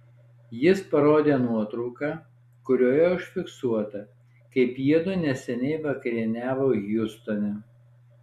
jis parodė nuotrauką kurioje užfiksuota kaip jiedu neseniai vakarieniavo hjustone